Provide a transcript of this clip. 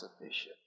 sufficient